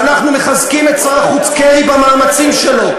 ואנחנו מחזקים את שר החוץ קרי במאמצים שלו,